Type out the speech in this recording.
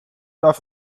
darf